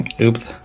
Oops